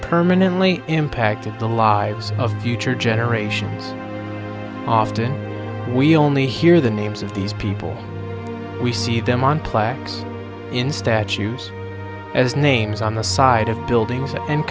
permanently impacted the lives of future generations often we only hear the names of these people we see them on plaques in statues as names on the side of buildings and